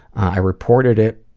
i reported it,